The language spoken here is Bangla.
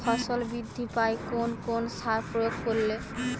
ফসল বৃদ্ধি পায় কোন কোন সার প্রয়োগ করলে?